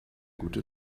gute